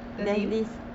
the name